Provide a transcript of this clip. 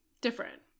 different